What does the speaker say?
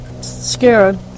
scared